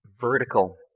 vertical